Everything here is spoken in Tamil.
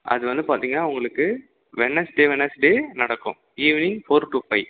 அது வந்து பார்த்தீங்கன்னா உங்களுக்கு வெட்னஸ்டே வெட்னஸ்டே நடக்கும் ஈவினிங் ஃபோர் டு ஃபைவ்